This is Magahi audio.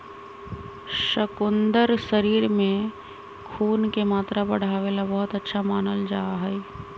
शकुन्दर शरीर में खून के मात्रा बढ़ावे ला बहुत अच्छा मानल जाहई